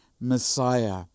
Messiah